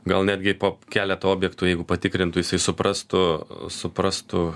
gal netgi po keletą objektų jeigu patikrintų jisai suprastų suprastų